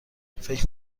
فکر